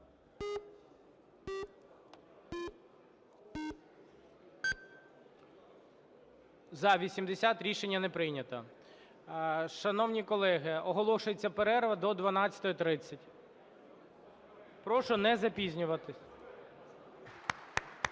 За-80 Рішення не прийнято. Шановні колеги! Оголошується перерва до 12:30. Прошу не запізнюватись.